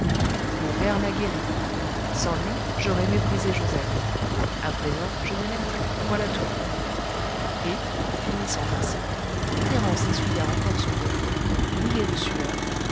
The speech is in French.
mon père m'a guérie sans lui j'aurais méprisé joseph à présent je ne l'aime plus voilà tout et finissant ainsi thérence essuya encore son beau front mouillé de sueur